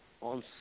on